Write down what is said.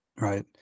right